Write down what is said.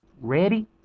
Ready